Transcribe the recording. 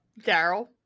Daryl